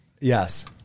Yes